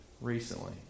recently